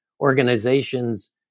organizations